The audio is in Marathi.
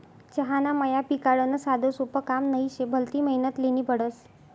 चहाना मया पिकाडनं साधंसोपं काम नही शे, भलती मेहनत ल्हेनी पडस